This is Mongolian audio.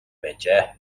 байжээ